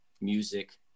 music